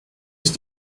ist